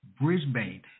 brisbane